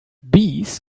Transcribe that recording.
bees